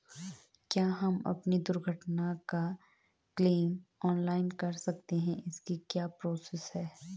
क्या हम अपनी दुर्घटना का क्लेम ऑनलाइन कर सकते हैं इसकी क्या प्रोसेस है?